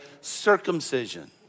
circumcision